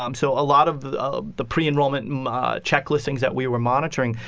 um so a lot of the ah the pre-enrollment and um ah checklist things that we were monitoring,